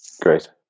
Great